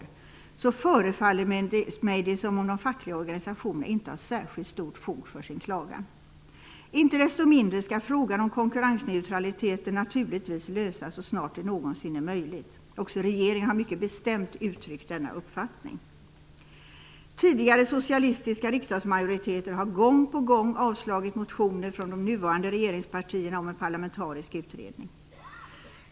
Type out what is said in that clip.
Det skedde i samband med att staten övertog betalningsansvaret för arbetslöshetsersättningarna. Det förefaller mig som om de fackliga organisationerna inte har särskilt stort fog för sin klagan. Inte desto mindre skall frågan om konkurrensneutraliteten naturligtvis lösas så snart det någonsin är möjligt. Också regeringen har mycket bestämt uttryckt denna uppfattning. Tidigare socialistiska riksdagsmajoriteter har gång på gång avslagit motioner från de nuvarande regeringspartierna om en parlamentarisk utredning.